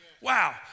Wow